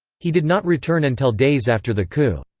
he did not return until days after the coup.